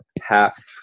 half